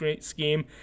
scheme